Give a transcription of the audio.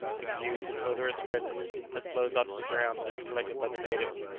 exudes an odorous resin that flows on to the ground and is collected by the natives.